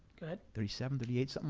thirty seven, thirty eight, something